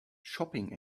shopping